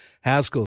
Haskell